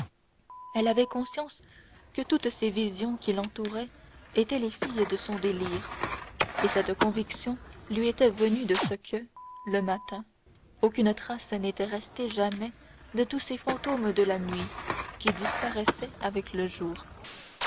elle avait conscience que toutes ces visions qui l'entouraient étaient les filles de son délire et cette conviction lui était venue de ce que le matin aucune trace n'était restée jamais de tous ces fantômes de la nuit qui disparaissaient avec le jour